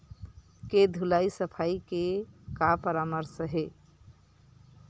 के धुलाई सफाई के का परामर्श हे?